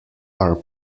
are